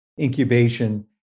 incubation